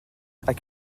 quelle